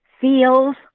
feels